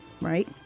right